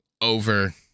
over